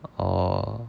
orh